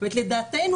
לדעתנו,